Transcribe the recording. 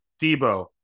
Debo